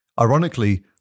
Ironically